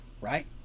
right